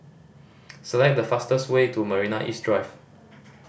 select the fastest way to Marina East Drive